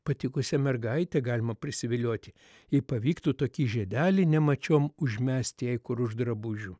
patikusią mergaitę galima prisivilioti jei pavyktų tokį žiedelį nemačiom užmesti jai kur už drabužių